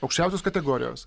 aukščiausios kategorijos